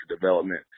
development